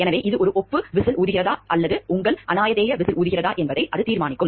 எனவே இது ஒரு ஒப்பு விசில் ஊதுகிறதா அல்லது உங்கள் அநாமதேய விசில் ஊதுகிறதா என்பதை அது தீர்மானிக்கும்